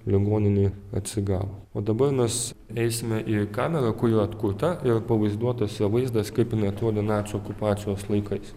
ligoninėj atsigavo o dabar mes eisime į kamerą kuri yra atkurta ir pavaizduotas jo vaizdas kaip jinai atrodė nacių okupacijos laikais